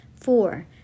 Four